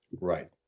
right